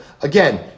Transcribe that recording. again